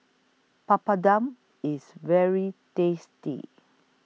Papadum IS very tasty